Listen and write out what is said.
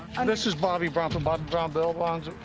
and this is bobby brown from bobby brown bail bonds.